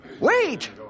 Wait